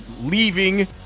leaving